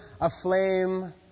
aflame